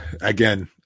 Again